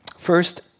First